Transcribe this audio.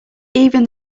even